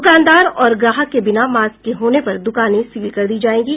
दुकानदार और ग्राहक के बिना मास्क के होने पर दुकानें सील कर दी जाएंगी